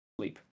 Sleep